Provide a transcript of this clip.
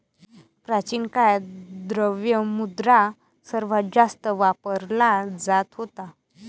प्राचीन काळात, द्रव्य मुद्रा सर्वात जास्त वापरला जात होता